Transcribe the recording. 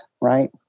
right